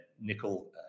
nickel